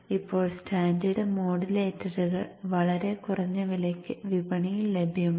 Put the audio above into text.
ഇപ്പോൾ സ്റ്റാൻഡേർഡ് മോഡുലേറ്ററുകൾ വളരെ കുറഞ്ഞ വിലയ്ക്ക് വിപണിയിൽ ലഭ്യമാണ്